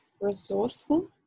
resourceful